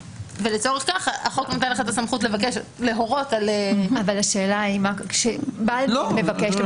ולצורך כך החוק נותן לך את הסמכות להורות על --- אבל למשל בעל דין,